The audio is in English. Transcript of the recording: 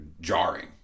jarring